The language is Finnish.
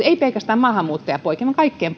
ei pelkästään maahanmuuttajapoikien vaan kaikkien